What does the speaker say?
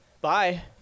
bye